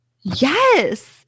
Yes